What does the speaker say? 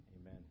amen